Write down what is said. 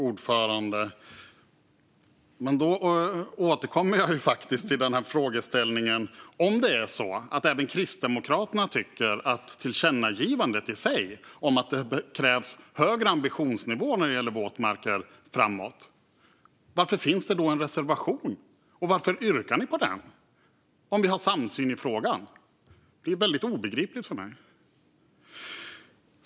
Fru talman! Då återkommer jag faktiskt till frågeställningen. Om det är så att även Kristdemokraterna tycker att tillkännagivandet i sig om att det krävs högre ambitionsnivå när det gäller våtmarker framöver är bra - varför finns det då en reservation, Kjell-Arne Ottosson, och varför yrkar ni bifall till den om vi har samsyn i frågan? Det är obegripligt för mig.